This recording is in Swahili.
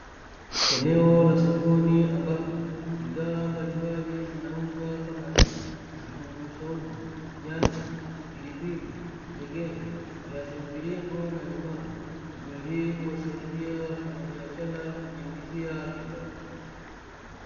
Eneo la sokoni ambapo bidhaa mbalimbali zinauzwa kama vile: vitunguu swaumu, nyanya, pilipili, njegere, viazi mviringo, na limau. Shughuli hii huwasaidia wafanyabiashara kujiingizia kipato.